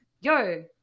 yo